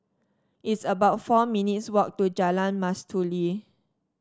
it's about four minutes' walk to Jalan Mastuli